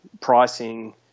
pricing